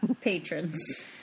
patrons